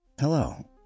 Hello